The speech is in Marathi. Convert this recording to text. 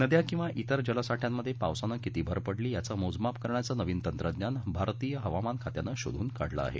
नद्या किंवा इतर जलसाठ्यांमध्ये पावसाने किती भर पडली याचं मोजमाप करण्याचं नवीन तंत्रज्ञान भारतीय हवामान खात्याने शोधून काढलं आहे